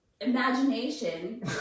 imagination